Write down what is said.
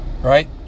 right